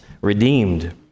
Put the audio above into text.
redeemed